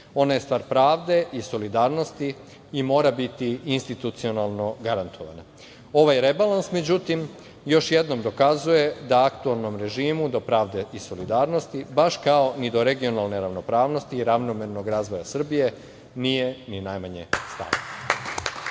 ona je stvar pravde i solidarnosti i mora biti institucionalno garantovana. Ovaj rebalans, međutim, još jednom dokazuje da aktuelnom režimu do pravde i solidarnosti, baš kao ni do regionalne ravnopravnosti i ravnomernog razvoja Srbije nije ni najmanje stalo.